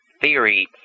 theory